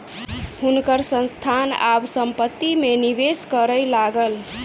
हुनकर संस्थान आब संपत्ति में निवेश करय लागल